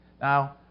Now